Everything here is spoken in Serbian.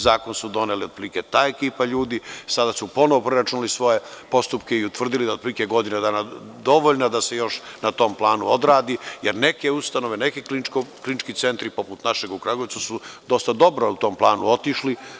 Zakon je donela otprilike ta ekipa ljudi, sada su ponovo proračunali svoje postupke i utvrdili da je otprilike godinu dana dovoljno da se još na tom planu odradi, jer neke ustanove, neki klinički centri poput našeg u Kragujevcu su dosta dobro na tom planu otišli.